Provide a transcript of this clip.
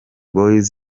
boyz